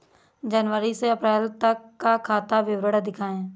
जनवरी से अप्रैल तक का खाता विवरण दिखाए?